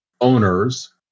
owners